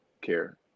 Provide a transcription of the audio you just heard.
care